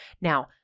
Now